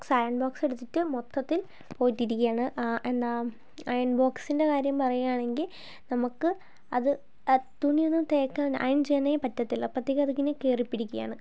iron box എടുത്തിട്ട് മൊത്തത്തിൽ പോയിട്ടിരിക്കുകയാണ് ആ എന്താ അയൺ ബോക്സിൻ്റെ കാര്യം പറയുകയാണെങ്കിൽ നമുക്ക് അത് തുണിയൊന്നും തേക്കാൻ അയൺ ചെയ്യാനേ പറ്റത്തില്ല അപ്പൊഴേക്കും അതിങ്ങനെ കയറിപ്പിടിക്കുകയാണ്